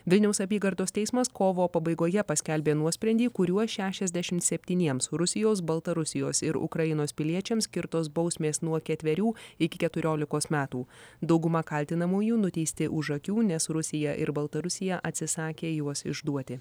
vilniaus apygardos teismas kovo pabaigoje paskelbė nuosprendį kuriuo šešiasdešim septyniems rusijos baltarusijos ir ukrainos piliečiams skirtos bausmės nuo ketverių iki keturiolikos metų dauguma kaltinamųjų nuteisti už akių nes rusija ir baltarusija atsisakė juos išduoti